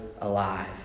alive